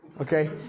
Okay